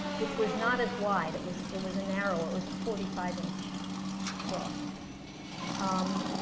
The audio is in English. which was not as wide, it was it was a narrower, it was a forty five inch cloth um